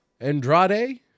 Andrade